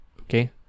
Okay